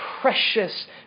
precious